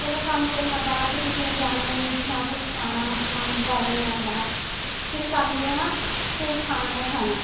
ओल्ले कम्म केह् हा बाहर ते कुसै ने जाना नी ना कुछ खाना ना गल्ल ना बात सिर्फ कम्म केह् हा सिर्फ खाना गै खाना